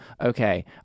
okay